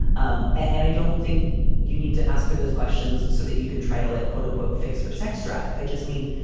um and i don't think you need to ask her those questions so that you can try to like, quote unquote, fix her sex drive. i just mean,